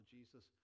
Jesus